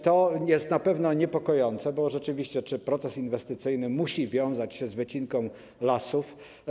To jest na pewno niepokojące, bo rzeczywiście: Czy proces inwestycyjny musi wiązać się z wycinką lasów?